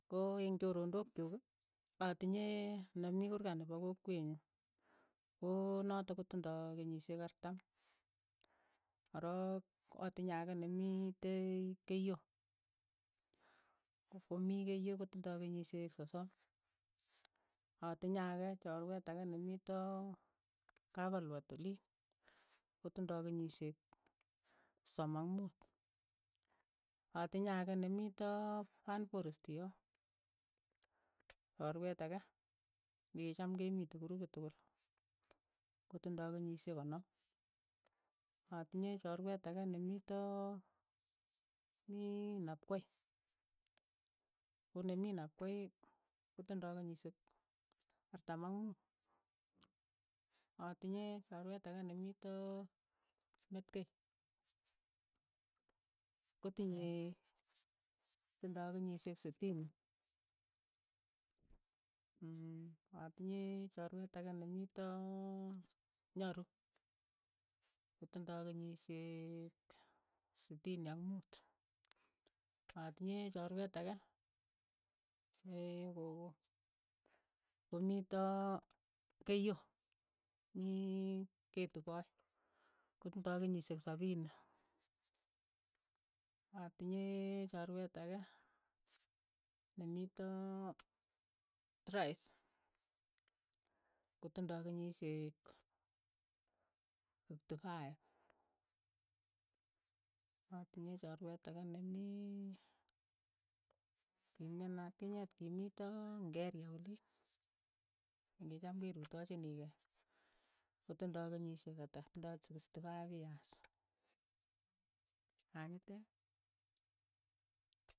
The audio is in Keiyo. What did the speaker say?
Ko eng' choronok chuk. atinyee ne mii kurkaat nepo kokwet nyu, ko notok ko tindai kenyishek artam, korook, atinye ake nemitei keiyo, komii keiyo kotindai kenyishek sosom, atinye ake chorwet ake nemiito kap albat oliin, kotindai kenyishek sosom ak muut, atinye ake ne mitoo fantporesti yoo, chorwet ake ne ki cham ke mitei kurupit tukul, kotindai kenyishek konom, atinye chorwet ake ne mi too mii napkoi, ko ne mii napkoi kotindai kenyishek artam ak muut, atinye chorwet ake nemitoo metkei, kotinyei tindai kenyishek sitini, mmh atinye chorwet ake ne mitoo nyaru, kotindai kenyishek sitini ak muut, atinyei chorwet ake nee gogo, ko mitoo keiyo, mii ketii koi, kotindai kenyishek sapini, atinye chorwet ake ne mitoo trais, ko tindoi kenyisheek fipti faip, atinye chorwet ake nemii kimyeno atkinyet, ki mitoo ngeria oliin. nekichom kerutochinikei, kotindai kenyishek atak, tindoi sikisti faif iaas, manyi teen.